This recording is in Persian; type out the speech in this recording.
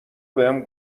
بهم